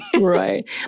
Right